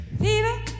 Fever